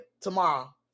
tomorrow